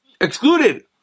excluded